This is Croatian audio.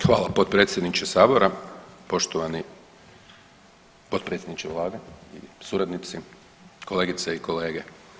Hvala potpredsjedniče sabora, poštovani potpredsjedniče vlade i suradnici, kolegice i kolege.